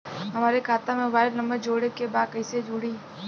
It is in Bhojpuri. हमारे खाता मे मोबाइल नम्बर जोड़े के बा कैसे जुड़ी?